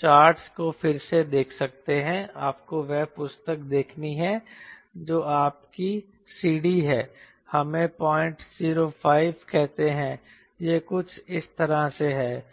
charts को फिर से देख सकते हैं आपको वह पुस्तक देखनी है जो आपकी CD है हमें 005 कहते हैं यह कुछ इस तरह से है